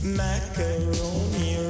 macaroni